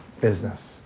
business